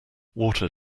water